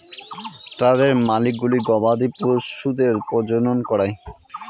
তাদের মালিকগুলো গবাদি পশুদের প্রজনন করায়